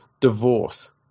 divorce